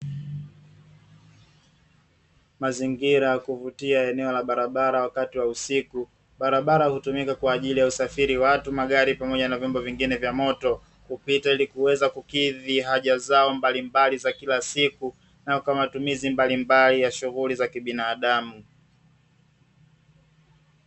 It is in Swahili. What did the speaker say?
Mazingira ya kuvutia eneo la barabara wakati wa usiku. Barabara hutumika kwa ajili ya kusafirisha watu, magari, pamoja na vyombo vingine vya moto; kupita ili kuweza kukizidhi haja zao mbalimbali za kila siku na kwa matumizi mbalimbali ya shughuli za binadamu.